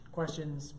Questions